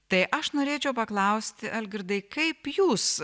tai aš norėčiau paklausti algirdai kaip jūs